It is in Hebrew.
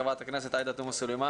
חברת הכנסת עאידה תומא סלימאן